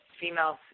female